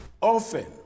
often